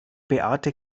beate